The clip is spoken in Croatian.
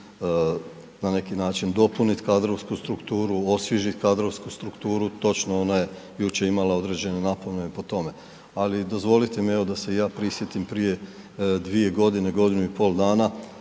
na neki način dopuniti kadrovsku strukturu, točno, ona je jučer imala određene napomene po tome. Ali, dozvolite mi evo, da se i ja prisjetim, prije dvije godine, godinu i pol dana